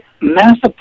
massive